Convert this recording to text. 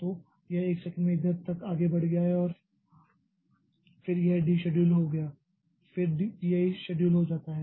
तो यह 1 सेकंड में इधर तक आगे बढ़ गया है और फिर यह डिशेडुल हो गया फिर P i शेड्यूल हो जाता हैं